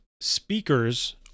speakers